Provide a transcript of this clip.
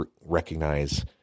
recognize